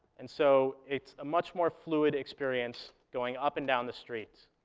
and so it's a much more fluid experience going up and down the streets.